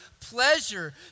pleasure